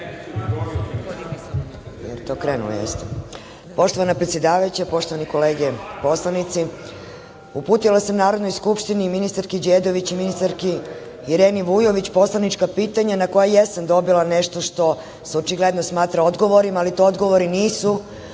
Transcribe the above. Poštovana predsedavajuća, poštovane kolege poslanici, uputila sam Narodnoj skupštini i ministarki Đedović i ministarki Ireni Vujović poslanička pitanja na koja jesam dobila nešto što se očigledno smatra odgovorima, ali to odgovori nisu,